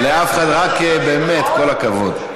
באמת כל הכבוד.